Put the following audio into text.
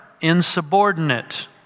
insubordinate